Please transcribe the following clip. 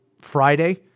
Friday